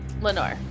Lenore